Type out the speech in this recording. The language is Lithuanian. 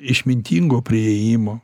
išmintingo priėjimo